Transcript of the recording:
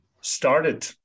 started